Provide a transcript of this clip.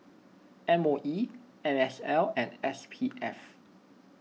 M O E N S L and S P F